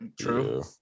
True